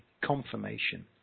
confirmation